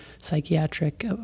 psychiatric